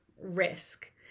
risk